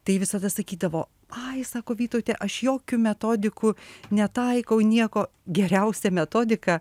tai visada sakydavo ai sako vytaute aš jokių metodikų netaikau nieko geriausia metodika